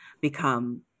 become